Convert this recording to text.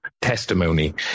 testimony